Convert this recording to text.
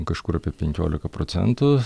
kažkur apie penkiolika procentų